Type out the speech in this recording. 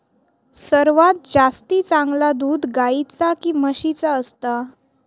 सर्वात जास्ती चांगला दूध गाईचा की म्हशीचा असता?